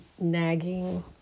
nagging